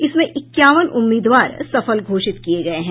इसमें इक्यावन उम्मीदवार सफल घोषित किये गये हैं